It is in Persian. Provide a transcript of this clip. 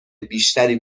بیشتری